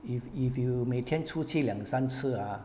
if if you 每天出去两三次 ah